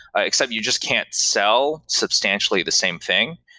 except you just can't sell substantially the same thing.